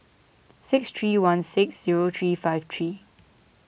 six three one six zero three five three